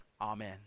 Amen